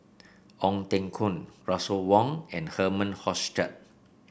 Ong Teng Koon Russel Wong and Herman Hochstadt